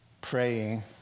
praying